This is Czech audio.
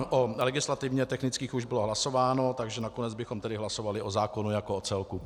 O legislativně technických už bylo hlasováno, takže nakonec bychom hlasovali o zákonu jako o celku.